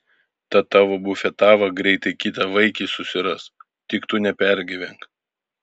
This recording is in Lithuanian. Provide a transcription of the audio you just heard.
ta tavo bufetava greitai kitą vaikį susiras tik tu nepergyvenk